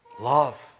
love